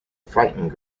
frightened